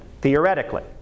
theoretically